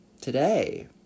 today